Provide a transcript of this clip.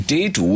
Date